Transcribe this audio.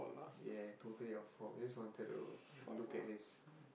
ya totally your fault just wanted to look at his